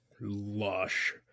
lush